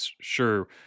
sure